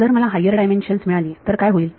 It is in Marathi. जर मला हायर डायमेन्शन्स मिळाली तर काय होईल